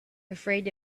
afraid